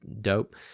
dope